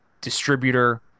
distributor